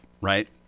right